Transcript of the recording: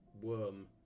worm